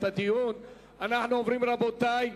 אנחנו עוברים, רבותי,